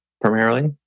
primarily